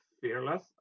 fearless